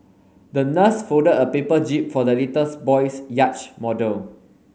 the nurse folded a paper jib for the little boy's yacht model